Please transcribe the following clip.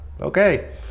okay